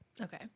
Okay